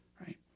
Right